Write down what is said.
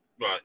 Right